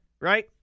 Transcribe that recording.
Right